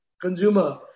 consumer